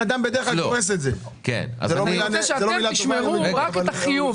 אני רוצה שאתם תשמרו רק את החיוב,